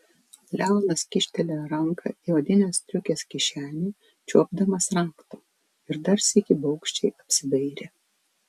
leonas kyštelėjo ranką į odinės striukės kišenę čiuopdamas rakto ir dar sykį baugščiai apsidairė